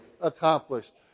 accomplished